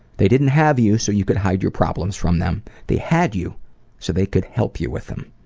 they didn't have you so you could hide your problems from them. they had you so they could help you with them.